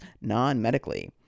non-medically